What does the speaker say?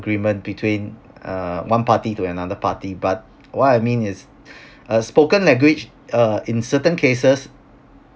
agreement between uh one party to another party but what I mean is uh spoken language uh in certain cases